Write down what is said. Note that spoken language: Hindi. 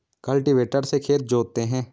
कल्टीवेटर से खेत जोतते हैं